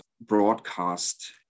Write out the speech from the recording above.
broadcast